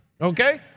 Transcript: Okay